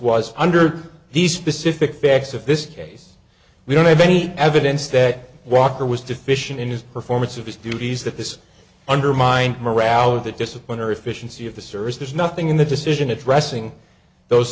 was under these specific facts of this case we don't have any evidence that walker was deficient in his performance of his duties that this undermined morale of the discipline or efficiency of the service there's nothing in the decision addressing those